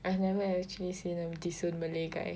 I never actually seen a decent Malay guy